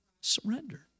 Surrender